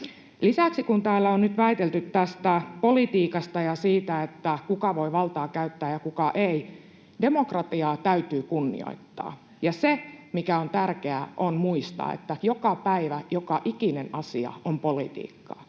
Lisäksi, kun täällä on nyt väitelty tästä politiikasta ja siitä, kuka voi valtaa käyttää ja kuka ei, demokratiaa täytyy kunnioittaa. Ja on tärkeää muistaa, että joka päivä joka ikinen asia on politiikkaa: